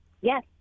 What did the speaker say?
Yes